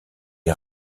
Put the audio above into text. est